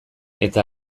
eta